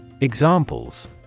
Examples